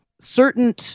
certain